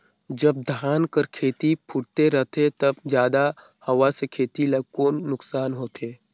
जब धान कर खेती फुटथे रहथे तब जादा हवा से खेती ला कौन नुकसान होथे?